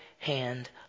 hand